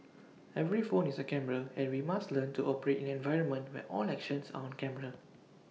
every phone is A camera and we must learn to operate in an environment where all actions are on camera